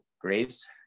Grace